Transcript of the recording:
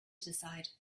decide